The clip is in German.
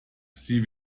sie